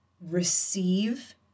receive